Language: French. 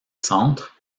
centre